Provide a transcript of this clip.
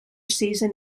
season